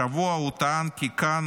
השבוע הוא טען כאן